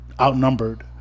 outnumbered